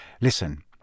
Listen